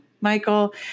Michael